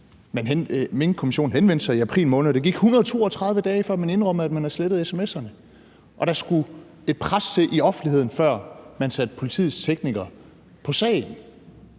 Minkkommissionen henvendte sig i april måned, og der gik 132 dage, før man indrømmede, at man har slettet sms'erne, og der skulle et pres fra offentligheden til, før man satte politiets teknikere på sagen.